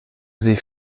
sie